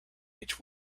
each